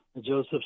Joseph